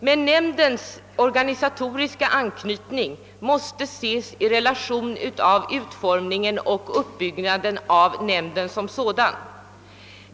Men nämndens organisatoriska anknytning måste ses i relation till utformningen och uppbyggnaden av nämnden som sådan.